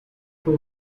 fue